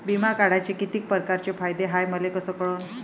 बिमा काढाचे कितीक परकारचे फायदे हाय मले कस कळन?